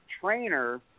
trainer